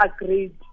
agreed